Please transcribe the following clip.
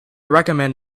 recommend